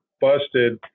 busted